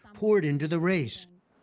poured into the race,